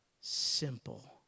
simple